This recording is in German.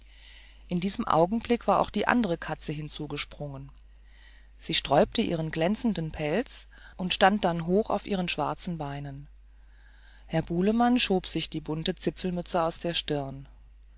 in diesem augenblick war auch die andere katze hinzugesprungen sie sträubte ihren glänzenden pelz und stand dann hoch auf ihren schwarzen beinen herr bulemann schob sich die bunte zipfelmütze aus der stirn